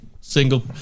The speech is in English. Single